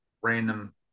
random